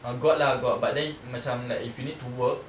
uh got lah got but then um macam if you need to work